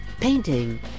painting